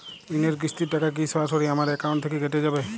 ঋণের কিস্তির টাকা কি সরাসরি আমার অ্যাকাউন্ট থেকে কেটে যাবে?